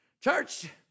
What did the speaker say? Church